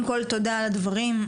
תודה על הדברים.